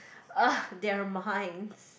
!ah! their minds